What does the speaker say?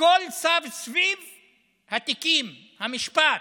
הכול סב סביב התיקים, המשפט,